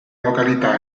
località